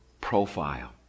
profile